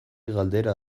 galdera